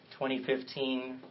2015